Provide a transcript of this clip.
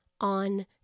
on